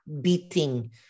beating